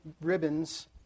ribbons